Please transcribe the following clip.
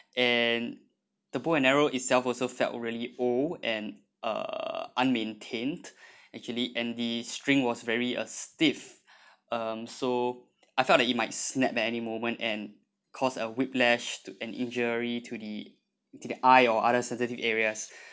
and the bow and arrow itself also felt really old and uh unmaintained actually and the string was very uh stiff um so I felt that it might snap at any moment and caused a whiplash to an injury to the to the eye or other sensitive areas